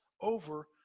over